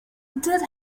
did